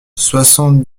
soixante